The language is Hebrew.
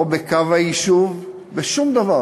לא בקו היישוב, בשום דבר